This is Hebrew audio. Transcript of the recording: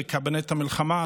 לקבינט המלחמה,